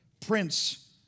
Prince